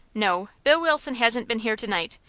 no, bill wilson hasn't been here to-night.